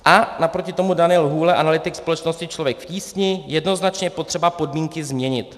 A naproti tomu Daniel Hůle, analytik společnosti Člověk v tísni: Jednoznačně je potřeba podmínky změnit.